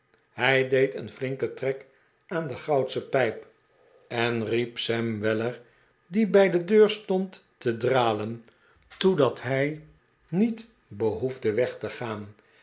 hij deed eeh fl inken trek aan de goudsche pijp en riep sam weller die bij de deur stond te dralen toe dat hij niet behoefde weg te gaan